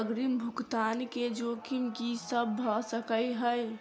अग्रिम भुगतान केँ जोखिम की सब भऽ सकै हय?